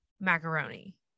macaroni